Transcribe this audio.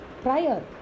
prior